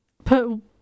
put